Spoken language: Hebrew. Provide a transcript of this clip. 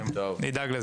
נדאג לזה.